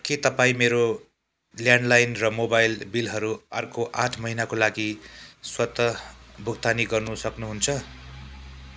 के तपाईँ मेरो ल्यान्डलाइन र मोबाइल बिलहरू अर्को आठ महिनाको लागि स्वतः भुक्तानी गर्न सक्नुहुन्छ